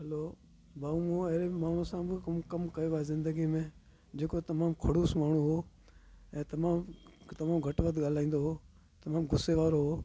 hello भाऊं मूं अहिड़े माण्हू सां बि कमु कमु कयो आहे ज़िंदगी में जेको तमामु खड़ूस माण्हू हुओ ऐं तमामु तमामु घटि वधि ॻाल्हाईंदो हुओ तमामु गुसे वारो हुओ